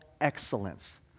excellence